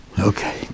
Okay